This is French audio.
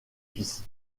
fils